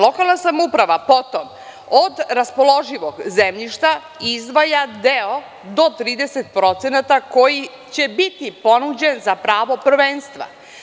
Lokalna samouprava potom od raspoloživog zemljišta izdvaja deo do 30% koji će biti ponuđen za pravo prvenstva.